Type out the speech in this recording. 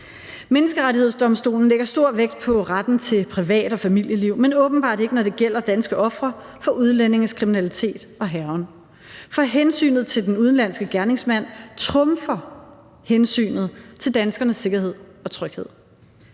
Menneskerettighedsdomstolen lægger stor vægt på retten til privat- og familieliv, men åbenbart ikke, når det gælder danske ofre for udlændinges kriminalitet og hærgen, for hensynet til den udenlandske gerningsmand trumfer hensynet til danskernes sikkerhed og tryghed.